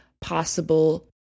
possible